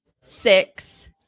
six